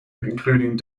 including